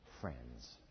friends